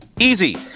Easy